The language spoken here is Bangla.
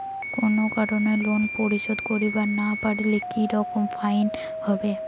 কোনো কারণে লোন পরিশোধ করিবার না পারিলে কি রকম ফাইন হবে?